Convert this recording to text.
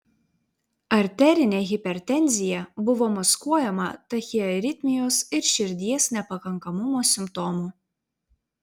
arterinė hipertenzija buvo maskuojama tachiaritmijos ir širdies nepakankamumo simptomų